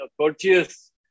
courteous